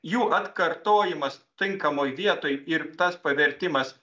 jų atkartojimas tinkamoj vietoj ir tas pavertimas